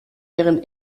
ihren